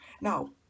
Now